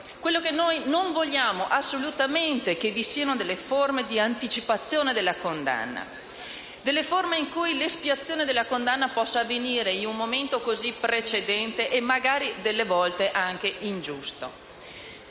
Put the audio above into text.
Ebbene, noi non vogliamo assolutamente che vi siano forme di anticipazione della condanna; forme in cui l'espiazione della pena possa avvenire in un momento così precedente e magari a volte anche ingiusto.